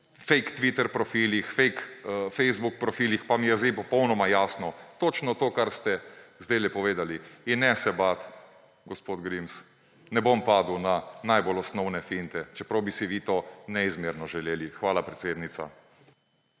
fejk twitter profilih, fejk facebook profilih, pa mi je sedaj popolnoma jasno. To točno, kar ste sedajle povedali. In ne se bati, gospod Grims, ne bom padel na najbolj osnovne finte, čeprav bi si vi to neizmerno želeli. Hvala, podpredsednica.